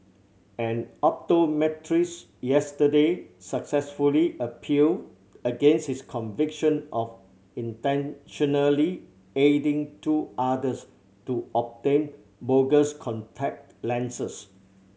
an optometrist yesterday successfully appealed against his conviction of intentionally aiding two others to obtain bogus contact lenses